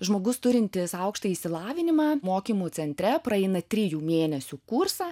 žmogus turintis aukštą išsilavinimą mokymų centre praeina trijų mėnesių kursą